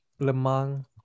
lemang